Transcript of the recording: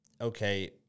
okay